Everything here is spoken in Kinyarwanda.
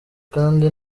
kandi